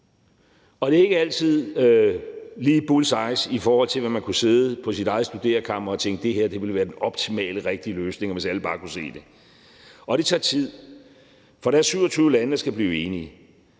og det er ikke altid lige bull's eye, i forhold til hvad man kunne sidde på sit eget studerekammer og tænke, f.eks. at noget ville være den optimale, rigtige løsning, og hvis alle bare kunne se det. Og det tager tid, for der er 27 lande, der skal blive enige.